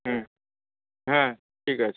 হুম হ্যাঁ ঠিক আছে